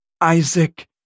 Isaac